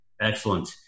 Excellent